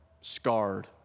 scarred